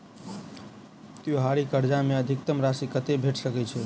त्योहारी कर्जा मे अधिकतम राशि कत्ते भेट सकय छई?